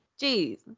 Jeez